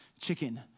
chicken